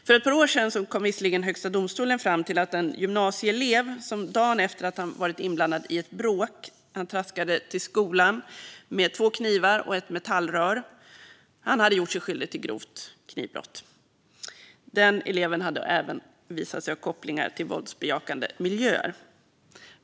För ett par år sedan kom visserligen Högsta domstolen fram till att en gymnasieelev som dagen efter att han varit inblandad i ett bråk traskade till skolan med två knivar och ett metallrör hade gjort sig skyldig till grovt knivbrott. Den eleven hade även kopplingar till våldsbejakande miljöer.